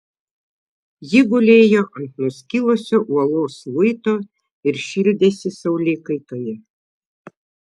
ji gulėjo ant nuskilusio uolos luito ir šildėsi saulėkaitoje